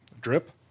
Drip